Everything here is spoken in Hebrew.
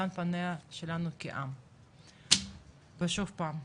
לאן פנינו שלנו כעם ושוב פעם,